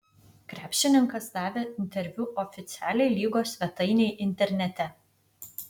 krepšininkas davė interviu oficialiai lygos svetainei internete